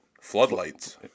floodlights